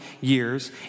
years